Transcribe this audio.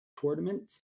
tournament